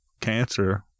cancer